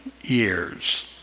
years